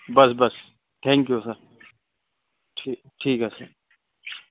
بس بس thank you sir ٹھیک ہے سر